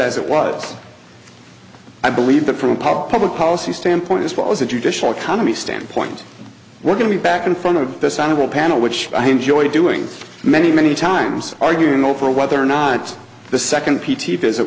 as it was i believe that from a pop public policy standpoint as far as the judicial economy standpoint we're going to be back in front of this animal panel which i enjoy doing many many times arguing over whether or not the second